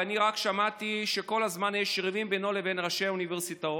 ואני רק שמעתי שכל הזמן יש ריבים בינו ובין ראשי האוניברסיטאות,